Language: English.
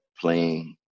playing